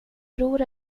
bror